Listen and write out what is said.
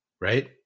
Right